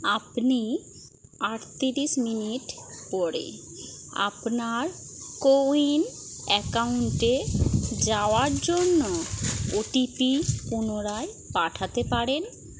আপনি আটত্রিশ মিনিট পরে আপনার কোউইন অ্যাকাউন্টে যাওয়ার জন্য ওটিপি পুনরায় পাঠাতে পারেন